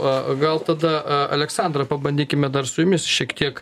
o gal tada aleksandra pabandykime dar su jumis šiek tiek